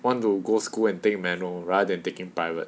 want to go school and take manual rather than taking private